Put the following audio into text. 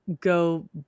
go